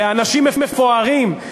לאנשים מפוארים,